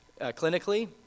clinically